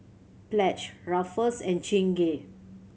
Pledge Ruffles and Chingay